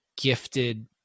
gifted